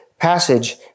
passage